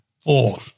Four